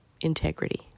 integrity